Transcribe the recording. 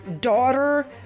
daughter